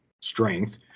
strength